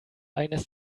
eines